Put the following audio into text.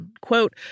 Quote